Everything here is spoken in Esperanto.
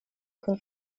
kun